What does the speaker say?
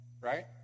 right